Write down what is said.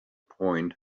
point